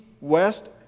west